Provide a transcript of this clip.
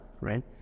right